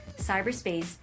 cyberspace